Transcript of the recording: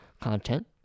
content